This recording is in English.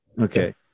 Okay